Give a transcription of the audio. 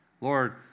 Lord